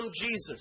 Jesus